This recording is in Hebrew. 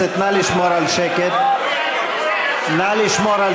חוק ההסדרה, שנייה, אדוני, אני עוצר את